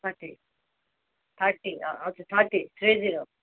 thirty thirty हजुर thirty three zero